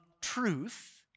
truth